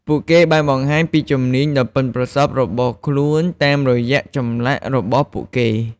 ពួកគេបានបង្ហាញពីជំនាញដ៏ប៉ិនប្រសប់របស់ខ្លួនតាមរយៈចម្លាក់របស់ពួកគេ។